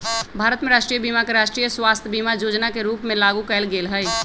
भारत में राष्ट्रीय बीमा के राष्ट्रीय स्वास्थय बीमा जोजना के रूप में लागू कयल गेल हइ